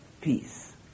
peace